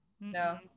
No